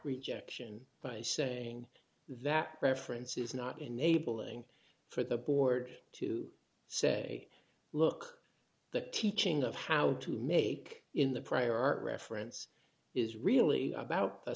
rejection by saying that preference is not enabling for the board to say look the teaching of how to make in the prior art reference is really about the